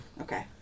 Okay